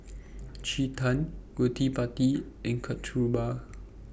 Chetan Gottipati and Kasturba